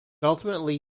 ultimately